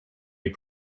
you